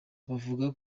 bavuga